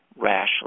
rashly